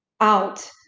out